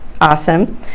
awesome